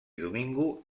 domingo